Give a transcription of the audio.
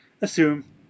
assume